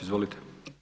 Izvolite.